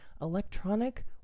electronic